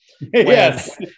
yes